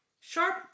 sharp